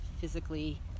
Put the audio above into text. physically